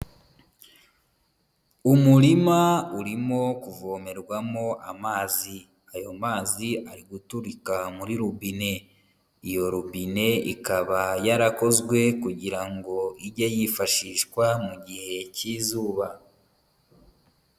Umurima urimo kuvomerwamo amazi, ayo mazi ari guturika muri robine, iyo robine ikaba yarakozwe kugira ngo ijye yifashishwa mu gihe cy'izuba.